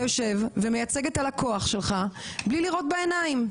אתה יושב ומייצג את הלקוח שלך בלי לראות בעיניים,